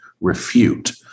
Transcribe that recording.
refute